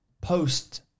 post